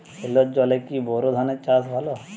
সেলোর জলে কি বোর ধানের চাষ ভালো?